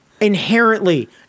inherently